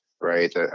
right